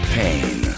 pain